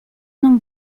non